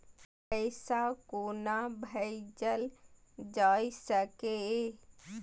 पैसा कोना भैजल जाय सके ये